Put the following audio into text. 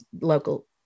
local